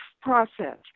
process